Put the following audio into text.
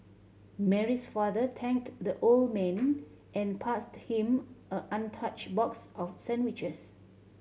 Mary's father thanked the old man and passed him a untouched box of sandwiches